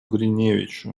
гриневичу